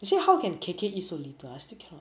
actually how can K_K eat so little ah I still cannot